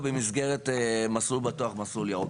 במסגרת ׳מסלול בטוח׳ או ׳מסלול ירוק׳.